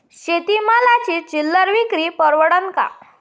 शेती मालाची चिल्लर विक्री परवडन का?